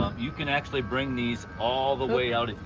you can actually bring these all the way out